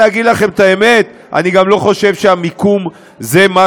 להגיד לכם את האמת: אני גם לא חושב שהמיקום זה מה